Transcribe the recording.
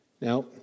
Now